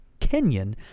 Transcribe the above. Kenyan